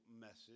message